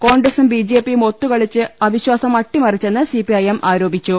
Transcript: കോൺഗ്രസും ബി ജെ പിയും ഒത്തുകളിച്ച് അവി ശ്വാസം അട്ടിമറിച്ചെന്ന് സി പി ഐ എം ആരോപിച്ചു